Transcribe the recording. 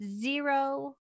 zero